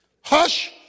Hush